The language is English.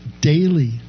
daily